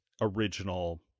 original